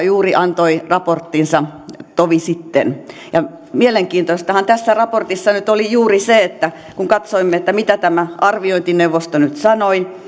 juuri antoi raporttinsa tovi sitten mielenkiintoistahan tässä raportissa nyt oli juuri se että kun katsoimme mitä tämä arviointineuvosto nyt sanoi